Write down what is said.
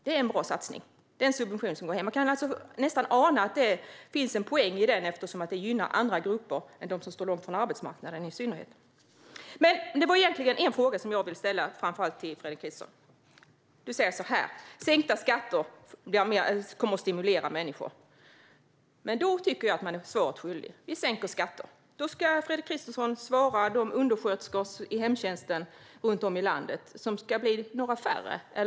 Det är en bra satsning. Det är subventioner som går hem. Man kan nästan ana att det finns en poäng i det, eftersom dessa subventioner i synnerhet gynnar andra grupper än dem som står långt från arbetsmarknaden. Det är framför allt en fråga jag vill ställa till dig, Fredrik Christensson. Du säger att sänkta skatter kommer att stimulera människor. Men då tycker jag att du är svaret skyldig. Ni sänker skatter. Vad svarar du undersköterskorna i hemtjänsten runt om i landet när de ska bli några färre?